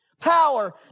Power